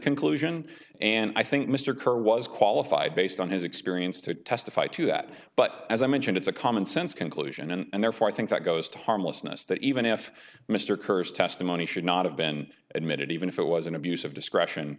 conclusion and i think mr kerr was qualified based on his experience to testify to that but as i mentioned it's a common sense conclusion and therefore i think that goes to harmlessness that even if mr kurz testimony should not have been admitted even if it was an abuse of discretion